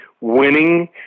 winning